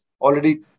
already